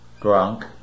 drunk